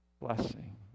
blessing